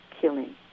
killing